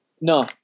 No